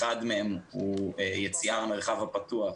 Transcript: אחד מהם הוא יציאה למרחב הפתוח,